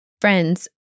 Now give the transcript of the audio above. Friends